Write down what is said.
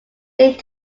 linked